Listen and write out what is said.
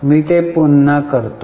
मी ते पुन्हा करतो